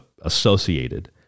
associated